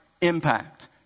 impact